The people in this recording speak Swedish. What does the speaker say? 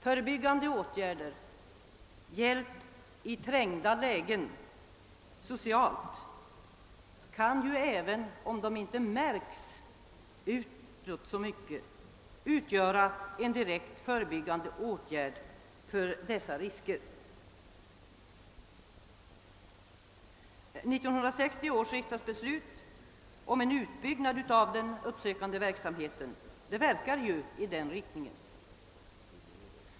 Förebyggande åtgärder i form av hjälp i trängda lägen socialt kan ju — även om de inte märks så mycket utåt — direkt förebygga riskerna. 1968 års riksdagsbeslut om en utbyggnad av den uppsökande verksamheten verkar i denna riktning.